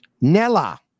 Nella